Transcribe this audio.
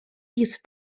its